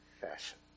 fashion